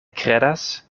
kredas